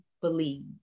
believe